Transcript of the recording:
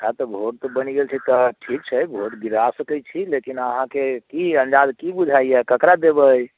अच्छा भोट तऽ बनि गेल छै तऽ ठीक छै भोट गिरा सकैत छी लेकिन अहाँकेँ की अन्जाद की बुझाइया ककरा देबै